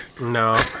No